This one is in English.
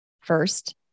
first